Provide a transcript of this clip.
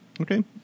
Okay